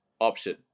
option